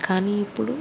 కానీ ఇప్పుడు